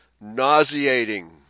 nauseating